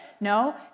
No